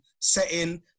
setting